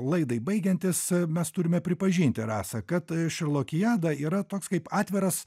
laidai baigiantis mes turime pripažinti rasa kad a šerlokiada yra toks kaip atviras